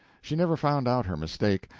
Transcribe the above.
she never found out her mistake.